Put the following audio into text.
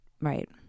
right